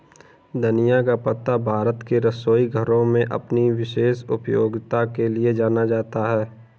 धनिया का पत्ता भारत के रसोई घरों में अपनी विशेष उपयोगिता के लिए जाना जाता है